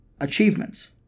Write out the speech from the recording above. achievements